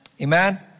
Amen